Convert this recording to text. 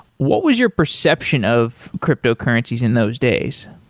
what was your perception of cryptocurrencies in those days?